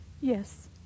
Yes